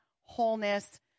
wholeness